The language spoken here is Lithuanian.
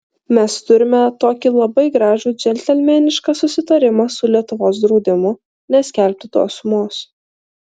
mes turime tokį labai gražų džentelmenišką susitarimą su lietuvos draudimu neskelbti tos sumos